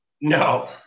No